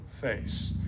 face